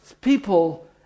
people